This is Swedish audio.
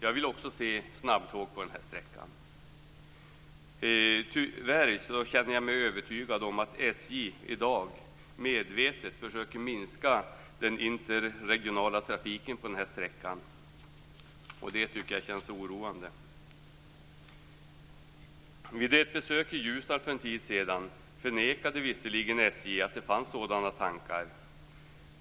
Jag vill också se snabbtåg på den här sträckan. Tyvärr känner jag mig övertygad om att SJ i dag medvetet försöker minska den interregionala trafiken på den här sträckan, och det tycker jag känns oroande. Vid ett besök i Ljusdal för en tid sedan förnekade visserligen SJ att det fanns några sådana tankar.